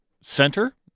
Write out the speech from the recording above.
center